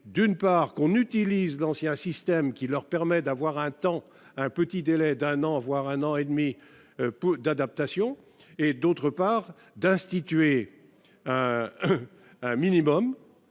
d'une part qu'on utilise l'ancien système qui leur permet d'avoir un temps un petit délai d'un an, voire un an et demi, peu d'adaptation et d'autre part d'instituer un minimum